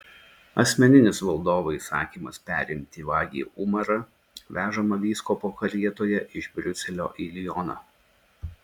asmeninis valdovo įsakymas perimti vagį umarą vežamą vyskupo karietoje iš briuselio į lioną